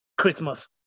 Christmas